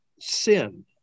sin